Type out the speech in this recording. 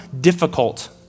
difficult